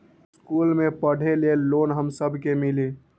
इश्कुल मे पढे ले लोन हम सब के मिली?